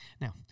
now